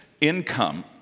income